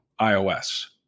iOS